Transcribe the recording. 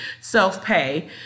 self-pay